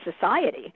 society